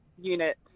unit